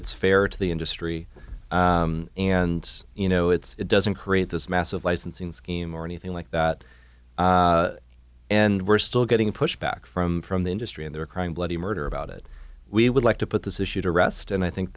it's fair to the industry and you know it's it doesn't create this massive licensing scheme or anything like that and we're still getting pushback from i'm from the industry and they're crying bloody murder about it we would like to put this issue to rest and i think